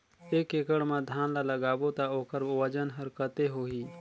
एक एकड़ मा धान ला लगाबो ता ओकर वजन हर कते होही?